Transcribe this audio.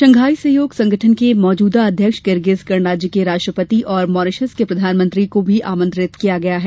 Shanghai सहयोग संगठन के मौजूदा अध्यक्ष किर्गिज गणराज्य के राष्ट्रपति और मॉरिशस के प्रधानमंत्री को भी आमंत्रित किया गया है